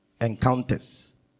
Encounters